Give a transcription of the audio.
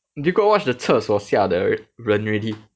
you got watch the 厕所下的人 already